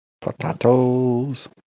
Potatoes